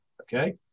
Okay